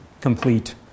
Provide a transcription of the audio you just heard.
complete